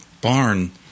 barn